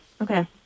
Okay